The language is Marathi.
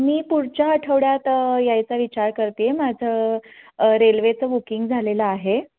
मी पुढच्या आठवड्यात यायचा विचार करते आहे माझं रेल्वेचं बुकिंग झालेलं आहे